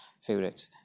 favorites